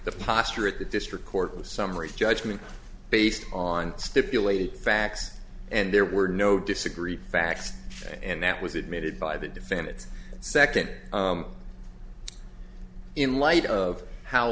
the posture of the district court was summary judgment based on stipulated facts and there were no disagree facts and that was admitted by the defendants second in light of how